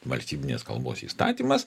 valstybinės kalbos įstatymas